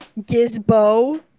Gizbo